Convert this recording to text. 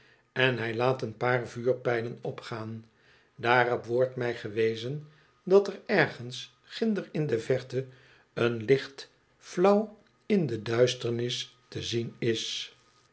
en hij laat een paar vuurpijlen opgaan daarop wordt mij gewezen dat er ergens ginder in de verte een licht flauw in de duisternis te zien is